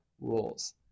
rules